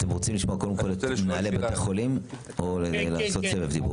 אתם רוצים לשמוע קודם כול את מנהלי בתי החולים או לעשות סבב דיבור?